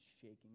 shaking